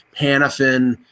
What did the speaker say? Panafin